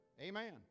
amen